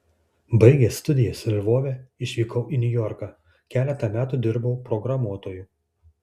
baigęs studijas lvove išvykau į niujorką keletą metų dirbau programuotoju